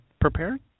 preparing